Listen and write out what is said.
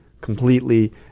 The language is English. completely